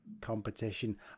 competition